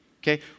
okay